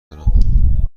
دارم